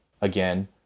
again